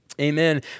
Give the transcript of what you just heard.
Amen